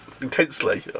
intensely